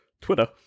Twitter